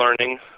learning